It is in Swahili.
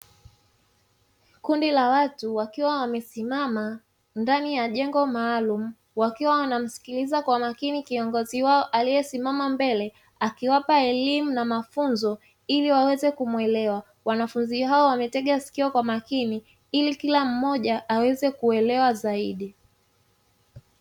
Kundi la watu wakiwa wamesimama ndani ya jengo maalumu wakiwa wanamsikiliza kwa makini kiongozi wao aliyesimama mbele, akiwapa elimu na mafunzo ili waweze kumwelewa. Wanafunzi hao wametega sikio kwa makini ili kila mmoja aweze kuelewa zaidi.